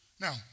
Now